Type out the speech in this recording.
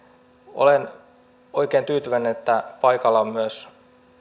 olen oikein tyytyväinen että paikalla on myös